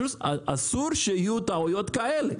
אסור שיהיו טעויות כאלה.